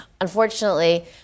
Unfortunately